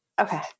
Okay